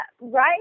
right